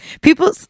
people